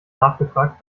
nachgefragt